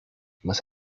más